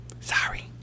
Sorry